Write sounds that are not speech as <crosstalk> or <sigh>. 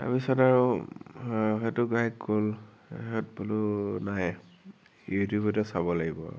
তাৰপিছত আৰু সেইটো গ'ল বোলো <unintelligible> নাই ইউটিউবতে চাব লাগিব